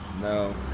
No